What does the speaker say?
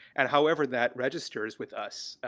and however that registers with us,